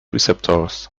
receptors